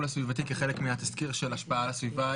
הסביבתי כחלק מהתסקיר של השפעה על הסביבה,